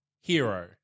Hero